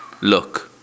look